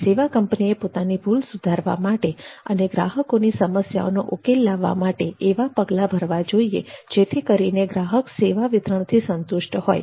સેવા કંપનીએ પોતાની ભૂલ સુધારવા માટે અને ગ્રાહકોની સમસ્યાઓનો ઉકેલ લાવવા માટે એવા પગલાં ભરવા જોઇએ જેથી કરીને ગ્રાહક સેવા વિતરણથી સંતુષ્ટ હોય